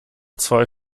zwei